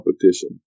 competition